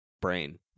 brain